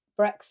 Brexit